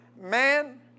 Man